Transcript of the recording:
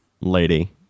lady